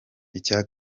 icya